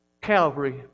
Calvary